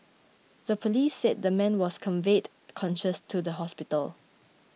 the police said the man was conveyed conscious to hospital